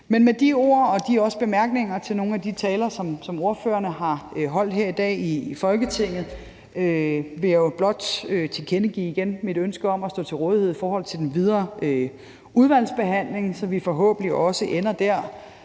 Men med de ord og også de bemærkninger til nogle af de taler, som ordførerne har holdt her i dag i Folketinget, vil jeg blot igen tilkendegive mit ønske om at stå til rådighed i forhold til den videre udvalgsbehandling – så vi forhåbentlig også ender der,